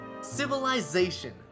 Civilization